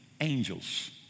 angels